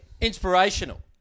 Inspirational